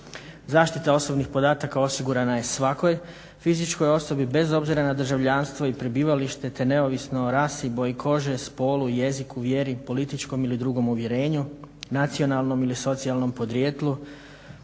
Zaštita osobnih podataka osigurana je svakoj fizičkoj osobi, bez obzira na državljanstvo i prebivalište te neovisno o rasi, boji kože, spolu, jeziku, vjeri, političkom ili drugom uvjerenju, nacionalnom ili socijalnom podrijetlu,